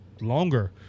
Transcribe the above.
longer